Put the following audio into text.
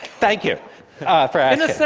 thank you for and so